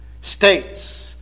states